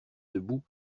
debout